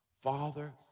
Father